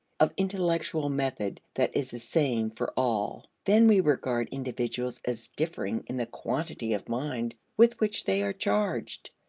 of intellectual method that is the same for all. then we regard individuals as differing in the quantity of mind with which they are charged.